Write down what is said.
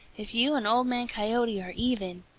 if you and old man coyote are even.